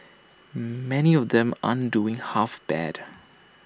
many of them aren't doing half bad